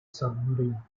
submarine